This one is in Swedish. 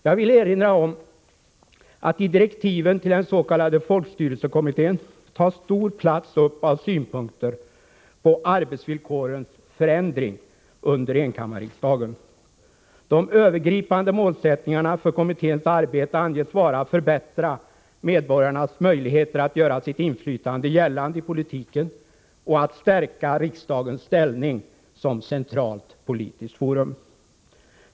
Jag vill erinra om att i direktiven till den s.k. folkstyrelsekommittén tas stor plats upp av synpunkter på arbetsvillkorens förändring under enkammarriksdagen. De övergripande målsättningarna för kommitténs arbete anges vara att förbättra medborgarnas möjligheter att göra sitt inflytande gällande i politiken och att stärka riksdagens ställning som centralt politiskt forum.